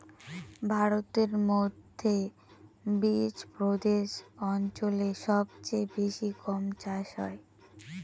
ভারতের মধ্যে বিচপ্রদেশ অঞ্চলে সব চেয়ে বেশি গম চাষ হয়